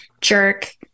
jerk